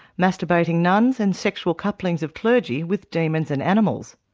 masturbating nuns and sexual couplings of clergy with demons and animals.